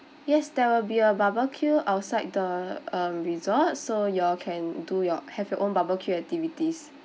yes there will be a barbecue outside the um resort so you all can do your have your own barbecue activities